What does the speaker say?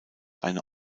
eine